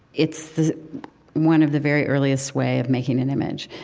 it's one of the very earliest way of making an image.